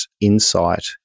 insight